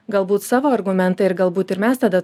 galbūt savo argumentą ir galbūt ir mes tada